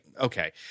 okay